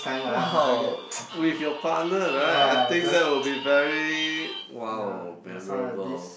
!wow! with your partner right I think that will be very !wow! memorable